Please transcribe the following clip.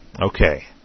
Okay